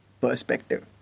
perspective